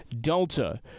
Delta